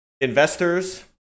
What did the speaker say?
Investors